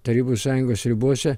tarybų sąjungos ribose